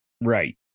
Right